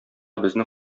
безне